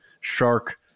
shark